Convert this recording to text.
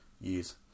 years